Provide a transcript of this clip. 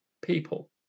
people